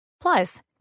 Plus